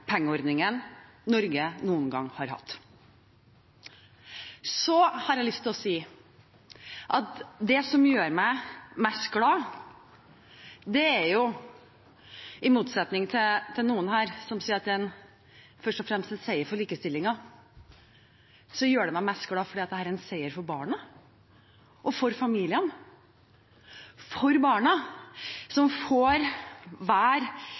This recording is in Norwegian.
foreldrepengeordningen Norge noen gang har hatt. Så har jeg lyst til å si at det som gjør meg mest glad, er – i motsetning til noen her, som sier at det først og fremst er en seier for likestillingen – at dette er en seier for familiene og for barna, som får